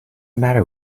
matter